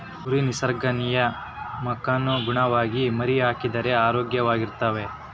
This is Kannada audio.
ಕುರಿ ನಿಸರ್ಗ ನಿಯಮಕ್ಕನುಗುಣವಾಗಿ ಮರಿಹಾಕಿದರೆ ಆರೋಗ್ಯವಾಗಿರ್ತವೆ